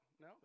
no